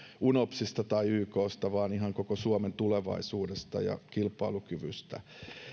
unopsista tai yksta vaan ihan koko suomen tulevaisuudesta ja kilpailukyvystä